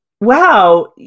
wow